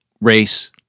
race